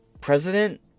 president